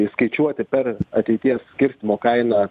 įskaičiuoti per ateities skirstymo kainą